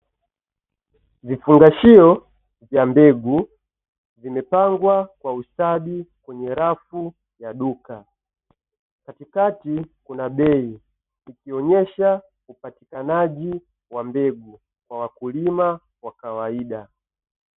Vifungashio vya mbegu vimepangwa kwa ustadi kwenye rafu ya duka katikati kuna bei, ikionyesha upatikanaji wa mbegu kwa wakulima wa kawaida.